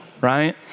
right